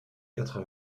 quatre